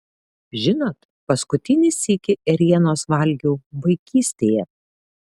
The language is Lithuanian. žinot paskutinį sykį ėrienos valgiau vaikystėje